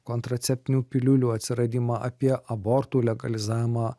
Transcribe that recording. kontraceptinių piliulių atsiradimą apie abortų legalizavimą